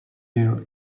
near